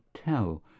tell